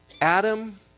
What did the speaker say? Adam